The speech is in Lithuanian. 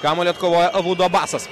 kamuolį atkovoja abudu abasas